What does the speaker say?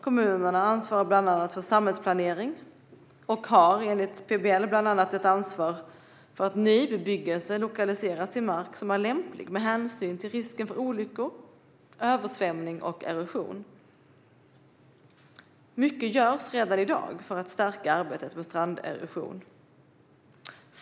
Kommunerna ansvarar för samhällsplanering och har enligt PBL bland annat ett ansvar för att ny bebyggelse lokaliseras till mark som är lämplig med hänsyn till risken för olyckor, översvämning och erosion. Mycket görs redan i dag för att stärka arbetet med stranderosion.